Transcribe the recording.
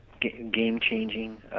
game-changing